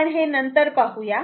आपण हे नंतर पाहू